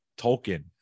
Tolkien